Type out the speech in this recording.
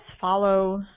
follow